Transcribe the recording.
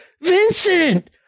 vincent